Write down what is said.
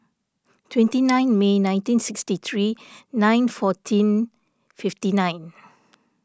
twenty nine May nineteen sixty three nine fourteen fifty nine